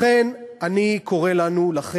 לכן אני קורא לנו, לכם,